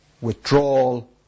withdrawal